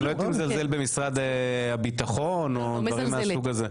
אני לא הייתי מזלזל במשרד הביטחון או דברים מהסוג הזה.